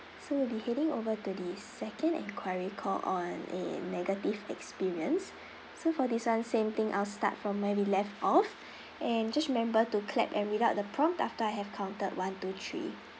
so we'll be heading over to the second enquiry call on a negative experience so for this [one] same thing I'll start from where we left off and just remember to clap and read out the prompt after I have counted one two three